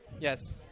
Yes